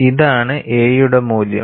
ഇതാണ് a യുടെ മൂല്യം